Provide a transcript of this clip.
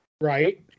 Right